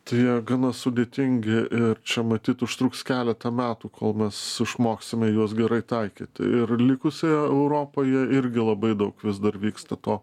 tai jie gana sudėtingi ir čia matyt užtruks keletą metų kol mes išmoksime juos gerai taikyti ir likusioje europoje irgi labai daug vis dar vyksta to